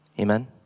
Amen